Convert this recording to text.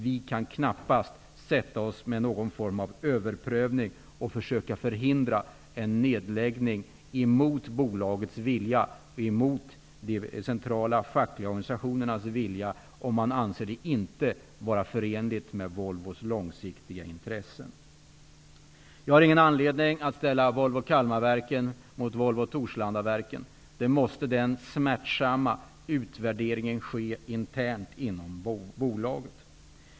Vi kan knappast göra någon form av överprövning och försöka förhindra en nedläggning mot bolagets och de centrala fackliga organisationernas vilja, om dessa anser att en fortsatt produktion i Kalmar inte är förenlig med Volvos långsiktiga intressen. Jag har ingen anledning att ställa Volvo Kalmarverken mot Volvo Torslandaverken. Den smärtsamma utvärderingen måste göras internt inom bolaget.